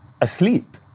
asleep